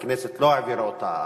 והכנסת לא העבירה אותה,